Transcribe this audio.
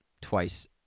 twice